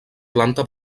planta